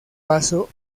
paso